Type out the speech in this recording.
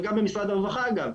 וגם במשרד הרווחה אגב,